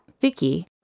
Vicky